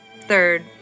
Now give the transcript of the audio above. third